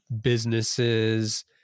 businesses